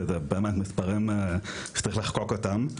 שזה בין המספרים שצריך לחקוק אותם.